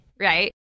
Right